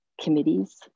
committees